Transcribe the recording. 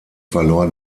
verlor